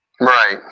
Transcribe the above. Right